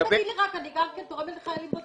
אני תורמת לחיילים בודדים.